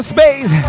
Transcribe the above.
Space